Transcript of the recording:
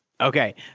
okay